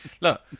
Look